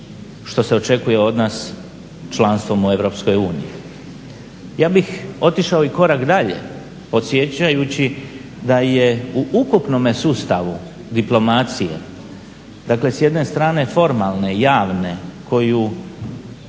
što se očekuje od nas članstvom u EU. Ja bih otišao i korak dalje podsjećajući da je u ukupnom sustavu diplomacije dakle s jedne strane formalne, javne koju